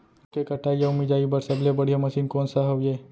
गेहूँ के कटाई अऊ मिंजाई बर सबले बढ़िया मशीन कोन सा हवये?